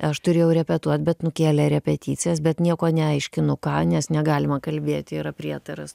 aš turėjau repetuot bet nukėlė repeticijas bet nieko neaiškinu ką nes negalima kalbėti yra prietaras